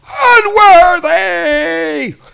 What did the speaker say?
unworthy